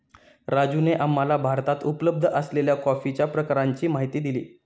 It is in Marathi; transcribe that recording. राजूने आम्हाला भारतात उपलब्ध असलेल्या कॉफीच्या प्रकारांची माहिती दिली